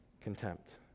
contempt